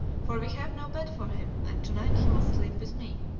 for we have no bed for him, and to-night he must sleep with me.